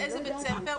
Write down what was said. באיזה בית ספר,